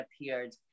appeared